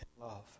love